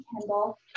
Kendall